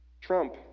Trump